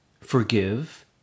forgive